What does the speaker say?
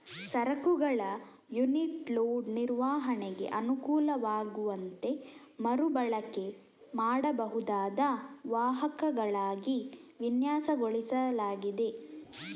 ಸರಕುಗಳ unit load ನಿರ್ವಹಣೆಗೆ ಅನುಕೂಲವಾಗುವಂತೆ ಮರು ಬಳಕೆ ಮಾಡಬಹುದಾದ ವಾಹಕಗಳಾಗಿ ವಿನ್ಯಾಸಗೊಳಿಸಲಾಗಿದೆ